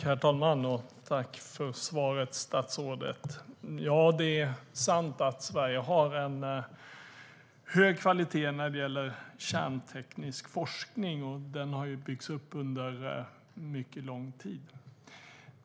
Herr talman! Tack för svaret, statsrådet! Det är sant att Sverige har en hög kvalitet när det gäller kärnteknisk forskning. Den har byggts upp under mycket lång tid.